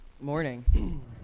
morning